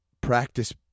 practice